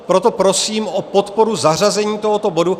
Proto prosím o podporu zařazení tohoto bodu.